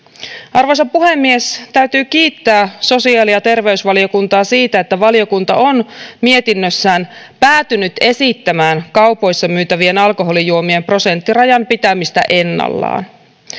arvoisa puhemies täytyy kiittää sosiaali ja terveysvaliokuntaa siitä että valiokunta on mietinnössään päätynyt esittämään kaupoissa myytävien alkoholijuomien prosenttirajan pitämistä ennallaan